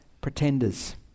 pretenders